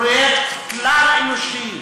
פרויקט כלל-אנושי.